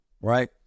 right